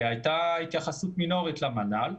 הייתה התייחסות מינורית למל"ל.